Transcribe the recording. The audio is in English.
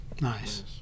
Nice